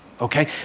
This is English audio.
okay